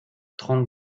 trente